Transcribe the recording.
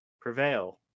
prevail